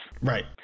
Right